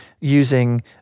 using